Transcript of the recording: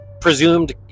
presumed